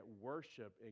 worship